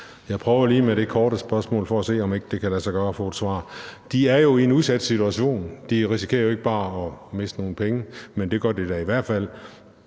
Jeg prøver lige med det korte spørgsmål for at se, om ikke det kan lade sig gøre at få et svar. De er jo i en udsat situation. De risikerer jo ikke bare at miste nogle penge – men det gør de da i hvert fald